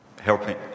helping